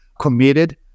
committed